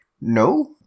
No